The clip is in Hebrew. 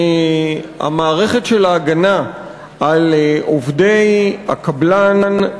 המערכת של ההגנה על עובדי הקבלן,